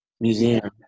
museum